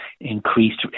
increased